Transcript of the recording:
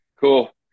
Cool